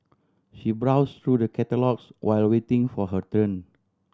she browse through the catalogues while waiting for her turn